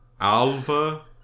Alva